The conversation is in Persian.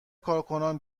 کارکنان